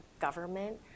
government